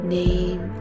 name